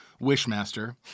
Wishmaster